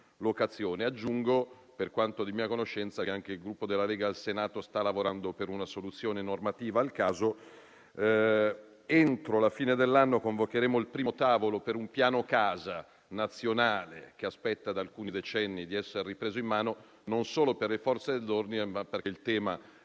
Aggiungo ancora, per quanto di mia conoscenza, che anche il Gruppo Lega al Senato sta lavorando per una soluzione normativa al caso. Entro la fine dell'anno convocheremo il primo tavolo per un piano casa nazionale, che aspetta da alcuni decenni di essere ripreso in mano, non solo per le Forze dell'ordine, ma perché il tema